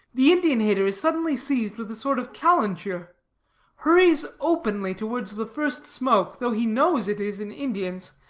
the indian-hater is suddenly seized with a sort of calenture hurries openly towards the first smoke, though he knows it is an indian's,